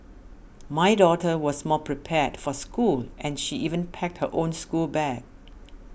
my daughter was more prepared for school and she even packed her own schoolbag